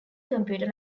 computer